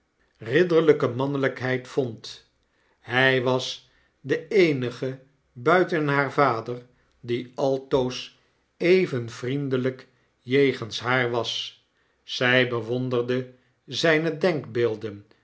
ridderlijke raannelykheid vond hy was de eenige buiten haar vader die altoos even vriendelyk jegens haar was zy bewonderde zyne denkbeelden